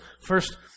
first